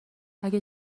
اگه